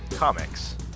Comics